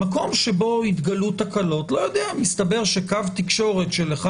מקום שבו התגלו תקנות מסתבר שקו תקשורת של אחד